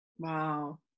Wow